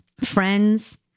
friends